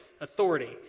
authority